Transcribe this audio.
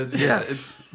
yes